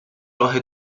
راه